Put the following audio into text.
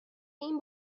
این